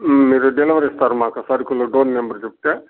మీరు డెలివరీ ఇస్తారు మాకు సరుకులు డోర్ నెంబర్ చెప్తే